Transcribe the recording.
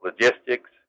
logistics